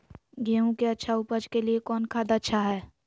गेंहू के अच्छा ऊपज के लिए कौन खाद अच्छा हाय?